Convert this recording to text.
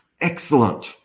excellent